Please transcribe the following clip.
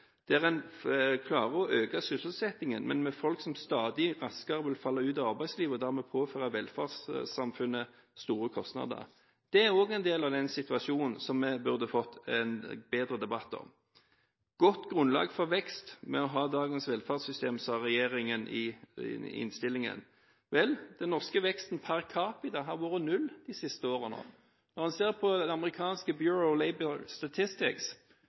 der en klarer å øke sysselsettingen, men med folk som stadig raskere vil falle ut av arbeidslivet, og dermed påføre velferdssamfunnet store kostnader. Det er også en del av den situasjonen som vi burde fått en bedre debatt om. Det er et godt grunnlag for vekst å ha dagens velferdssystem, sa regjeringspartiene i innstillingen. Vel, den norske veksten per capita har vært null de siste årene. Når en ser på det amerikanske Bureau of Labor